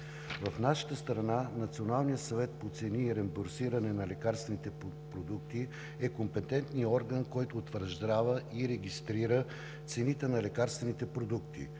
В нашата страна Националният съвет по цени и реимбурсиране на лекарствените продукти е компетентният орган, който утвърждава и регистрира цените на лекарствените продукти